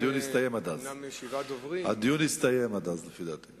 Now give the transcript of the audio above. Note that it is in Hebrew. הדיון יסתיים עד אז, לפי דעתי.